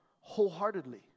Wholeheartedly